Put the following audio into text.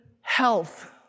health